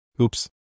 Oops